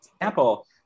example